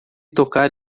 tocar